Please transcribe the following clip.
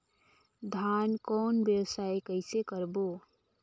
धान कौन व्यवसाय कइसे करबो?